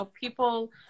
people